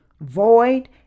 void